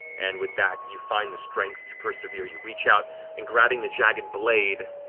and with that, you find the strength to persevere, you reach out and grabbing the jagged blade